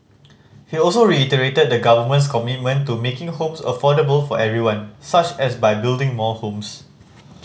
he also reiterated the Government's commitment to making homes affordable for everyone such as by building more homes